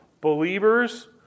believers